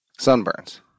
sunburns